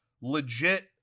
legit